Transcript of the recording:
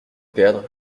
perdre